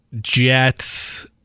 Jets